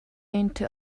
into